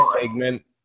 segment